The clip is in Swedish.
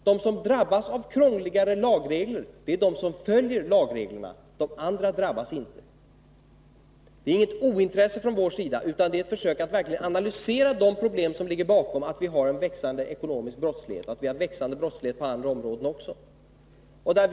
De som drabbas av krångligare lagregler är de som följer lagreglerna, de andra drabbas inte. Det är inget ointresse från vår sida, utan det är fråga om ett försök att analysera de problem som ligger bakom den växande ekonomiska brottsligheten och den växande brottsligheten även på andra områden.